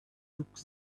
took